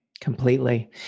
Completely